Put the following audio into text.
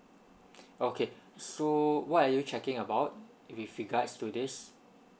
okay so what are you checking about with regards to this